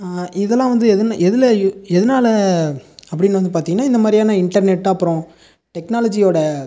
இதெலாம் வந்து எதுவுன எதில் இதனால அப்படினு வந்து பார்த்தீங்கன்னா இந்த மாதிரியான இன்டர்நெட்டு அப்புறோம் டெக்னாலஜியோடய